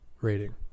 rating